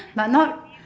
but not